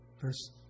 Verse